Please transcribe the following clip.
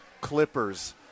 Clippers